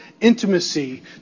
intimacy